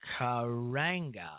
Karanga